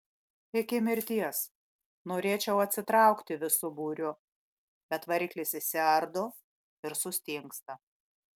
iki mirties norėčiau atsitraukti visu būriu bet variklis išsiardo ir sustingsta